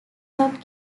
not